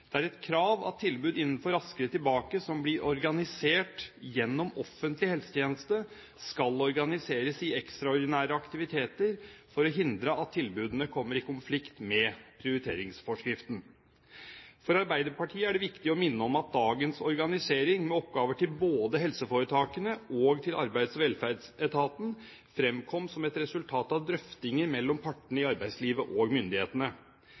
Det er et krav at tilbud innenfor Raskere tilbake som blir organisert gjennom offentlig helsetjeneste, skal organiseres i ekstraordinære aktiviteter for å hindre at tilbudene kommer i konflikt med prioriteringsforskriften. For Arbeiderpartiet er det viktig å minne om at dagens organisering, med oppgaver til både helseforetakene og Arbeids- og velferdsetaten, fremkom som et resultat av drøftinger mellom partene i arbeidslivet og myndighetene.